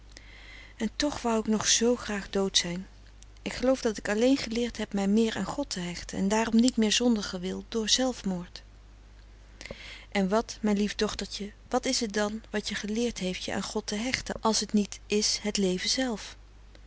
en toch wou ik nog zoo graag dood zijn ik geloof dat ik alleen geleerd heb mij meer aan god te hechten en daarom niet meer zondigen wil door zelfmoord en wat mijn lief dochtertje wat is t dan wat je geleerd heeft je aan god te hechten als t niet is het leven zelf